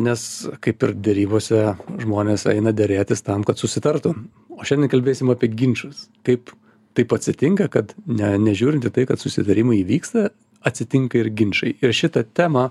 nes kaip ir derybose žmonės eina derėtis tam kad susitartų o šiandien kalbėsim apie ginčus kaip taip atsitinka kad ne nežiūrint į tai kad susitarimai įvyksta atsitinka ir ginčai ir šitą temą